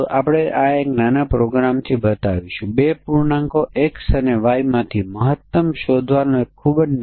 તો આ સુધારેલ સ્પષ્ટીકરણના આધારે સુધારાયેલ કોડ છે